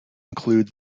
include